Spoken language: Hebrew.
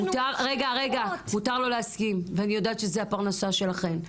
ואני יודעת שזה הפרנסה שלכן.